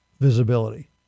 visibility